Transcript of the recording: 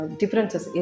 differences